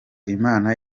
imana